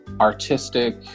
artistic